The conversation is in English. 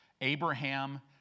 Abraham